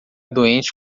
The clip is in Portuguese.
doente